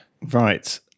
Right